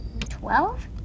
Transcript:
Twelve